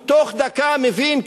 הוא בתוך דקה מבין,